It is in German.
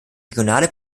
regionale